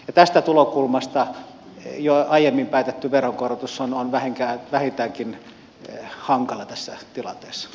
tästä tulokulmasta jo aiemmin päätetty veronkorotus on vähintäänkin hankala tässä tilanteessa